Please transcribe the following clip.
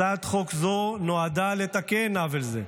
הצעת חוק זו נועדה לתקן עוול זה,